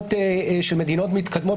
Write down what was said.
בחוקות של מדינות מתקדמות,